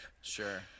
Sure